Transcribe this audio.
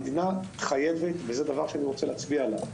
המדינה חייבת וזה דבר שאני רוצה להצביע עליו.